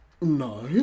No